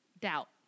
Doubt